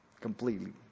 completely